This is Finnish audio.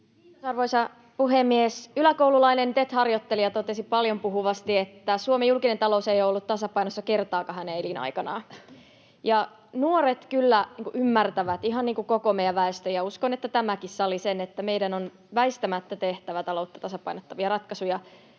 Content: Arvoisa puhemies! Yläkoululainen tet-harjoittelija totesi paljonpuhuvasti, että Suomen julkinen talous ei ole ollut tasapainossa kertaakaan hänen elinaikanaan. Nuoret kyllä ymmärtävät, ihan niin kuin koko meidän väestömme — ja uskon, että tämäkin sali — sen, että meidän on väistämättä tehtävä taloutta tasapainottavia ratkaisuja,